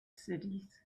cities